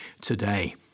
today